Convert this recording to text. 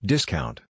Discount